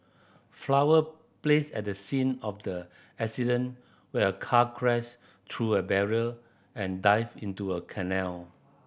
flower placed at the scene of the accident where a car crashed through a barrier and dived into a canal